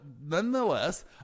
nonetheless